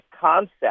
concept